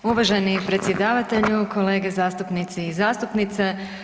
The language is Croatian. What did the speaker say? Hvala uvaženi predsjedavatelju, kolege zastupnici i zastupnice.